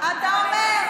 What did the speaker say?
אתה אומר.